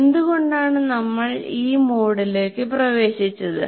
എന്തുകൊണ്ടാണ് നമ്മൾ ഈ മോഡിലേക്ക് പ്രവേശിച്ചത്